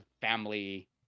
family